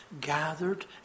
gathered